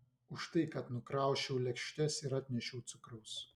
už tai kad nukrausčiau lėkštes ir atnešiau cukraus